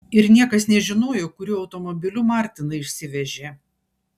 ir niekas nežinojo kuriuo automobiliu martiną išsivežė